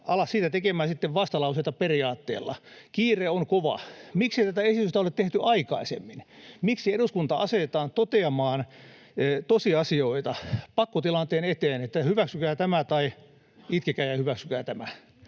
sitten vastalauseita” ‑periaatteella. Kiire on kova. Miksei tätä esitystä ole tehty aikaisemmin? Miksi eduskunta asetetaan toteamaan tosiasioita pakkotilanteen eteen, että hyväksykää tämä tai itkekää ja hyväksykää tämä?